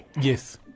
Yes